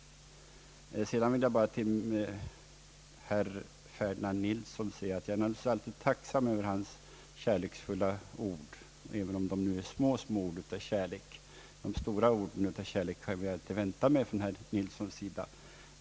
Sedan vill jag bara till herr Ferdinand Nilsson säga, att jag naturligtvis alltid är tacksam över hans kärleksfulla ord, även om de bara är små, små ord av kärlek. De stora orden av kärlek har jag väl inte väntat mig från herr Nilsson.